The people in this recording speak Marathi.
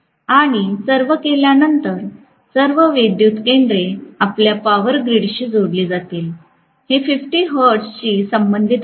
आणि सर्व केल्यानंतर सर्व विद्युत केंद्रे आपल्या पॉवर ग्रीडशी जोडली जातील जे 50 हर्ट्जशी संबंधित आहेत